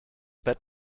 bett